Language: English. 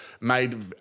made